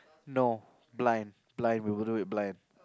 no blind blind we will do it blind